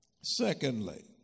Secondly